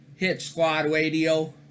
HitsquadRadio